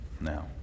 Now